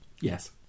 Yes